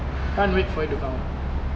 can't wait for it to come out